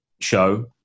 show